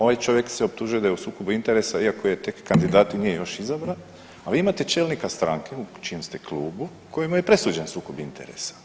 Ovaj čovjek se optužuje da je u sukobu interesa iako je tek kandidat, nije još izabran a vi imate čelnike stranke u čijem ste klubu kojemu je presuđen sukob interesa.